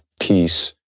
peace